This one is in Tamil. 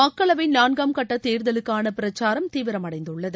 மக்களவை நான்காம் கட்ட தேர்தலுக்கான பிரச்சாரம் தீவிரமடைந்துள்ளது